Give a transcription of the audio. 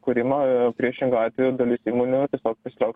kūrimą priešingu atveju dalis įmonių tiesiog tiesiog